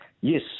Yes